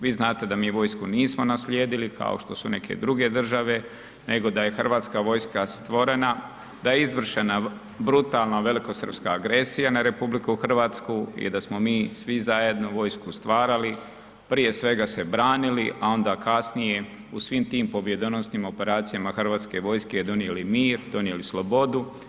Vi znate da mi vojsku nismo naslijedili kao što su neke druge države, nego da je Hrvatska vojska stvorena, da je izvršena brutalna velikosrpska agresija na RH i da smo mi svi zajedno vojsku stvarali prije svega se branili, a onda kasnije u svim tim pobjedonosnim operacijama Hrvatske vojske donijeli mir, donijeli slobodu.